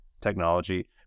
technology